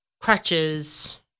crutches